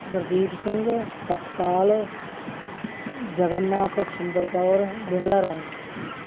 Gurdeep Singh Satpal Jagannath Chhinder Kaur Bimla Rani